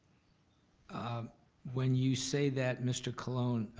um when you say that, mr. colon,